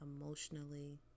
emotionally